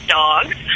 dogs